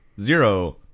zero